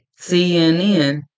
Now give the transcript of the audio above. CNN